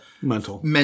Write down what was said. mental